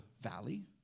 valley